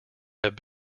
have